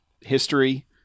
history